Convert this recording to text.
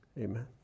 Amen